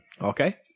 Okay